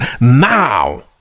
Now